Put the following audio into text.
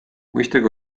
mõistagi